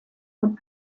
und